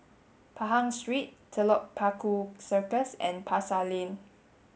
Pahang Street Telok Paku Circus and Pasar Lane